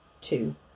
two